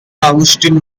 augustin